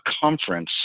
conference